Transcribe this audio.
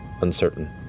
uncertain